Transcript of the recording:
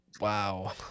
Wow